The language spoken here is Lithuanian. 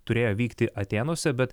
turėjo vykti atėnuose bet